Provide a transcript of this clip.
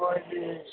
म अहिले